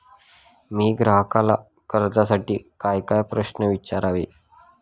मी ग्राहकाला कर्जासाठी कायकाय प्रश्न विचारावे?